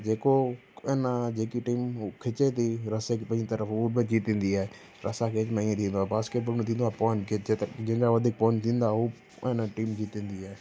जेको एन जेकी टीम खिचे थी रसे खे पंहिंजी तर्फ़ु उहो बि जीतंदी आहे रसा गेम में ईअं थींदो आहे बास्केटबॉल में थींदो आहे पॉईंट के त ज जंहिंजा वधीक पॉईंट थींदा उ आहे न टीम जीतंदी आहे